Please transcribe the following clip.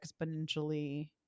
exponentially